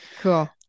cool